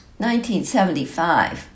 1975